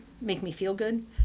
make-me-feel-good